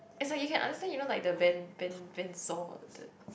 it's like you can understand you know like the ben~ ben~ benzod